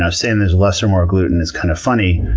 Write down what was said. ah saying there's less or more gluten is kind of funny.